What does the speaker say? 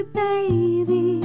baby